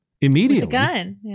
immediately